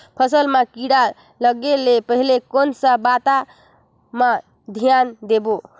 फसल मां किड़ा लगे ले पहले कोन सा बाता मां धियान देबो?